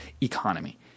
economy